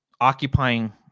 occupying